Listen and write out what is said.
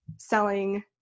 selling